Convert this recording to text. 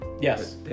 Yes